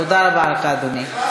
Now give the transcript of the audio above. תודה רבה לך, אדוני.